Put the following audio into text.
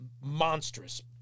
monstrous